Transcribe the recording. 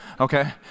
Okay